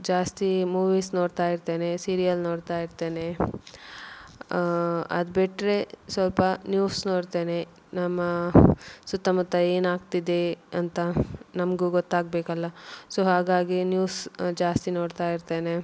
ಜಾಸ್ತಿ ಮೂವೀಸ್ ನೋಡ್ತಾ ಇರ್ತೇನೆ ಸೀರಿಯಲ್ ನೋಡ್ತಾ ಇರ್ತೇನೆ ಅದು ಬಿಟ್ರೆ ಸ್ವಲ್ಪ ನ್ಯೂಸ್ ನೋಡ್ತೇನೆ ನಮ್ಮ ಸುತ್ತಮುತ್ತ ಏನಾಗ್ತಿದೆ ಅಂತ ನಮಗೂ ಗೊತ್ತಾಗಬೇಕಲ್ಲ ಸೊ ಹಾಗಾಗಿ ನ್ಯೂಸ್ ಜಾಸ್ತಿ ನೋಡ್ತಾ ಇರ್ತೇನೆ